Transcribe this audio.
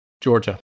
Georgia